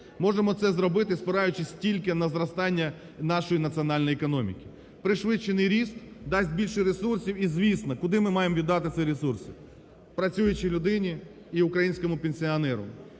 можемо це зробити, спираючись тільки на зростання нашої національної економіки. Пришвидшений ріст дасть більше ресурсів, і звісно, куди ми маємо віддати ці ресурси – працюючій людині і українському пенсіонеру.